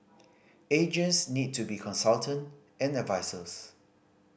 agents need to be consultant and advisers